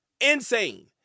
Insane